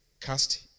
Cast